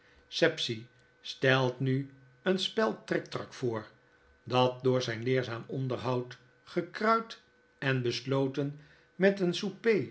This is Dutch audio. sapsea stelt nu een spel triktrak voor dat door zijn leerzaam onderhoud gekruid en besloten met een